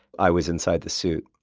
i was inside the suit.